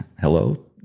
Hello